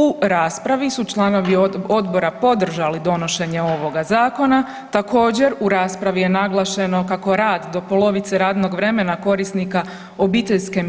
U raspravi su članovi odbora podržali donošenje ovoga zakona, također u raspravi je naglašeno kako rad do polovice radnog vremena korisnika obiteljske